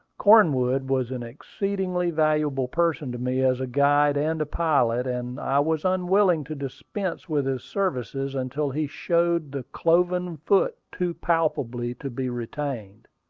cornwood was an exceedingly valuable person to me as guide and pilot, and i was unwilling to dispense with his services until he showed the cloven foot too palpably to be retained.